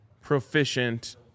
proficient